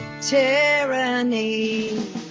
tyranny